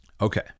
Okay